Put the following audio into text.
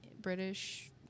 British